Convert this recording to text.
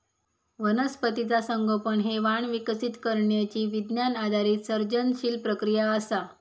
वनस्पतीचा संगोपन हे वाण विकसित करण्यची विज्ञान आधारित सर्जनशील प्रक्रिया असा